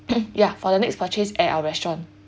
ya for the next purchase at our restaurant